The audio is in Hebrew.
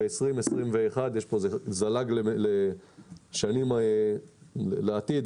ב-2021 זה זלג לשנים לעתיד.